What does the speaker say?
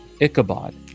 Ichabod